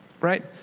right